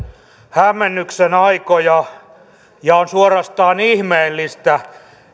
hämmennyksen aikoja ja on suorastaan ihmeellistä